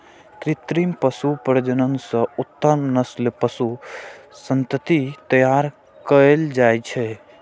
कृत्रिम पशु प्रजनन सं उत्तम नस्लक पशु संतति तैयार कएल जाइ छै